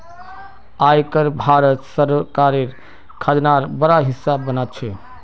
आय कर भारत सरकारेर खजानार बड़ा हिस्सा बना छे